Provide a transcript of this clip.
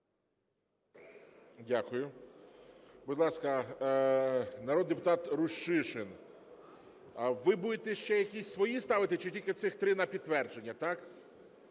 Дякую. Будь ласка, народний депутат Рущишин. Ви будете ще якісь свої ставити чи тільки цих три на підтвердження, так?